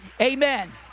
Amen